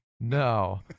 No